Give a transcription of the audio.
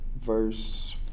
verse